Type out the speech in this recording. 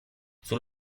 sul